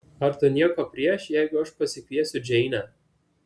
ar tu nieko prieš jeigu aš pasikviesiu džeinę